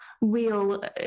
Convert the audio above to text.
real